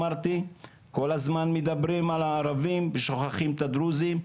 כל הזמן מדברים על הערבים ושוכחים את הדרוזים.